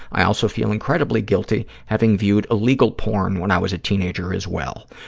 i also feel incredibly guilty having viewed illegal porn when i was a teenager as well.